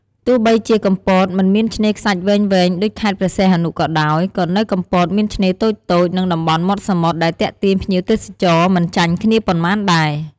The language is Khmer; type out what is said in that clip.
ទោះបីជាកំពតមិនមានឆ្នេរខ្សាច់វែងៗដូចខេត្តព្រះសីហនុក៏ដោយ ក៏នៅកំពតមានឆ្នេរតូចៗ និងតំបន់មាត់សមុទ្រដែលទាក់ទាញភ្ញៀវទេសចរមិនចាញ់គ្នាប៉ុន្មានដែរ។